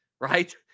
right